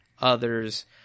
others